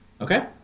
Okay